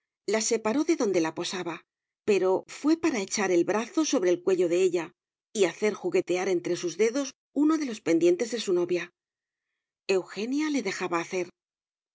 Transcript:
la separó de donde la posaba pero fué para echar el brazo sobre el cuello de ella y hacer juguetear entre sus dedos uno de los pendientes de su novia eugenia le dejaba hacer